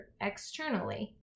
externally